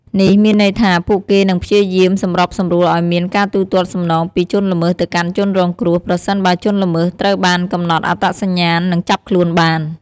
នេះមានន័យថា ពួកគេនឹងព្យាយាមសម្របសម្រួលឲ្យមានការទូទាត់សំណងពីជនល្មើសទៅកាន់ជនរងគ្រោះ ប្រសិនបើជនល្មើសត្រូវបានកំណត់អត្តសញ្ញាណ និងចាប់ខ្លួនបាន។